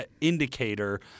indicator